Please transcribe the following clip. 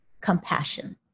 compassion